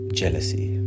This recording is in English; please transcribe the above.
jealousy